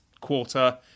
quarter